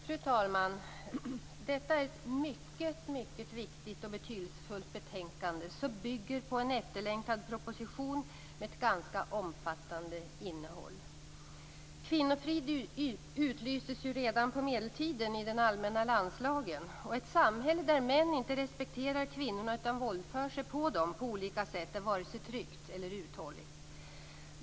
Fru talman! Detta är ett mycket viktigt och betydelsefullt betänkande som bygger på en efterlängtad proposition med ett ganska omfattande innehåll. Kvinnofrid utlystes redan under medeltiden i den allmänna landslagen. Ett samhälle där män inte respekterar kvinnor utan våldför sig på dem på olika sätt är inte vare sig tryggt eller uthålligt.